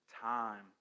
time